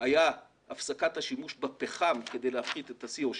היה הפסקת השימוש בפחם כדי להפחית את ה-Co2,